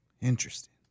Interesting